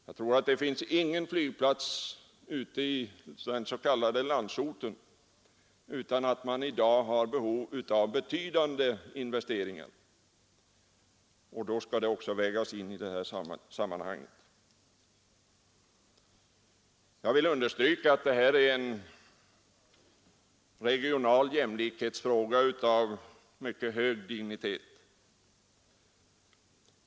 Jag tror inte att det finns någon flygplats ute i den s.k. landsorten som inte i dag har behov av betydande investeringar, och det skall också vägas in i sammanhanget. Jag vill understryka att detta är en regional jämlikhetsfråga av mycket hög dignitet.